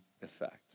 effect